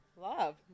Love